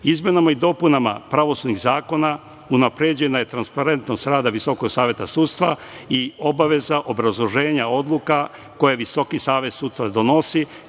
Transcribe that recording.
reforme. Izmenama i dopunama pravosudnih zakona unapređena je transparentnost rada Visokog saveta sudstva i obaveza obrazloženja odluka koje Visoki savet sudstva donosi,